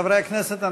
חברי הכנסת,